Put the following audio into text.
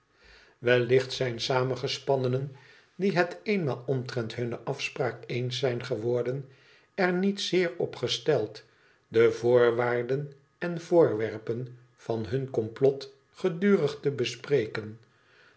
wellicht zijn aamgepannenen diehet eenmaal omtrent hunne afspraak eens zijn geworden er niet zeer op gesteld de voorwaarden en voorwerpen van hun complot gedurig te bespreken